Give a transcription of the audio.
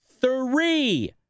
three